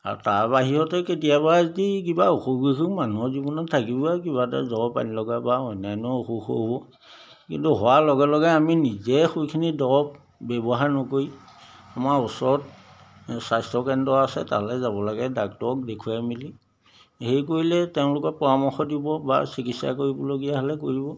আৰু তাৰ বাহিৰতে কেতিয়াবা যদি কিবা অসুখ বিসুখ মানুহৰ জীৱনত থাকিবই আৰু কিবা এটা জ্বৰ পানীলগা বা অন্যান্য অসুখ হ'ব কিন্তু হোৱাৰ লগে লগে আমি নিজে সেইখিনি দৰৱ ব্যৱহাৰ নকৰি আমাৰ ওচৰত স্বাস্থ্যকেন্দ্ৰ আছে তালৈ যাব লাগে ডাক্টৰক দেখুৱাই মিলি হেৰি কৰিলে তেওঁলোকে পৰামৰ্শ দিব বা চিকিৎসা কৰিবলগীয়া হ'লে কৰিব